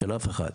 של אף אחד,